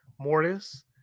Mortis